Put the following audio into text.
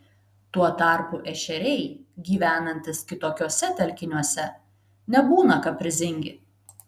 tuo tarpu ešeriai gyvenantys kitokiuose telkiniuose nebūna kaprizingi